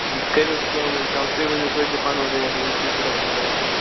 کٔرۍہوٗس کیٚنٛہہ وۅنۍ کَم تُہۍ ؤنِو توتہِ پَنُن ریٹ ؤنِو تُہۍ کوٗتاہ چھِو وَنان تتھ